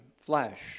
flesh